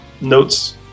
notes